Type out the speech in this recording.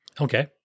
Okay